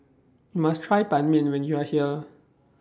YOU must Try Ban Mian when YOU Are here